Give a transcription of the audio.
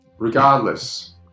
Regardless